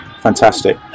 Fantastic